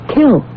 kill